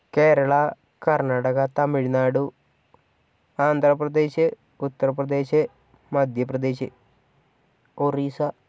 Kerala Karnataka Tamil Nadu Andhra Pradesh Uttar Pradesh Madhya Pradesh Orissa